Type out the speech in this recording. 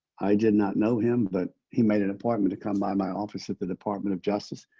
i did not know him but he made an appointment to come by my office at the department of justice.